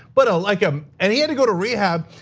but ah like um and he had to go to rehab.